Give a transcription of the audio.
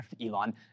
Elon